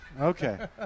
Okay